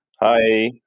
hi